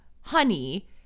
honey